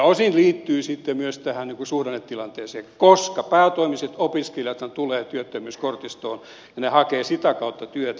osin se liittyy myös suhdannetilanteeseen koska päätoimiset opiskelijathan tulevat työttömyyskortistoon ja hakevat sitä kautta työtä